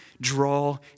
draw